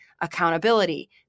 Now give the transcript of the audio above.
accountability